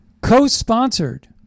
co-sponsored